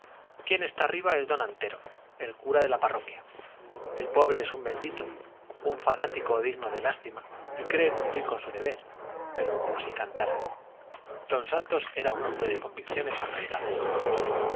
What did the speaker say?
quien está arriba es don antero el cura de la parroquia el pobre es un bendito un fanático digno de lástima y cree cumplir con su deber pero como si cantara don santos era un hombre de convicciones arraigadas